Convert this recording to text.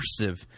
immersive